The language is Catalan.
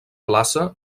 plaça